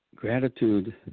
Gratitude